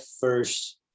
first